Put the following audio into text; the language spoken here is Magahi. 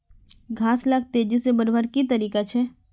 घास लाक तेजी से बढ़वार की की तरीका छे?